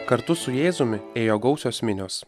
kartu su jėzumi ėjo gausios minios